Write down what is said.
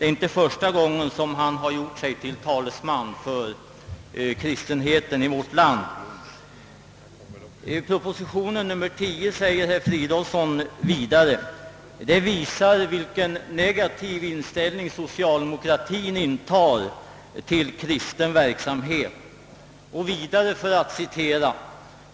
Proposition nr 10, säger herr Fridolfsson fortsättningsvis, lägger i dagen vilken negativ inställning socialdemokratien har till kristen verksamhet.